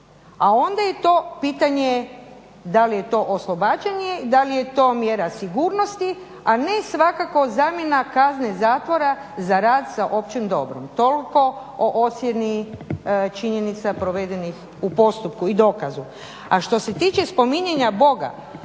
A onda je to pitanje da li je to oslobađanje, da li je to mjera sigurnosti, a ne svakako zamjena kazne zatvora za rad za opće dobro. Toliko o ocjeni činjenica provedenih u postupku i dokazu. A što se tiče spominjanja Boga,